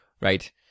right